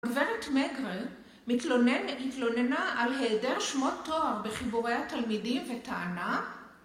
הגברת מגרל התלוננה על היעדר שמות תואר בחיבורי התלמידים וטענה